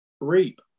reap